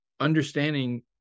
understanding